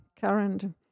current